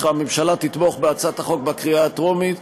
הממשלה תתמוך בהצעת החוק בקריאה הטרומית,